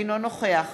אינו נוכח